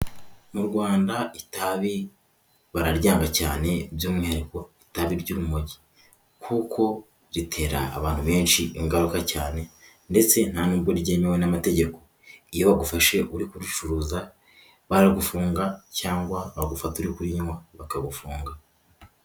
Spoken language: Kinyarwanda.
Mu rwanda itabi bararyaga cyane, by'umwihariko itabi ry'urumogi, kuko ritera abantu benshi ingaruka cyane, ndetse nta nubwo ryemewe n'amategeko, iyo bagufashe uri kuricuruza baragufunga, cyangwa bagufata uri kuriyinywa bakagufunga.